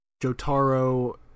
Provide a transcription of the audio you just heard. Jotaro